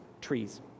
trees